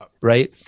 right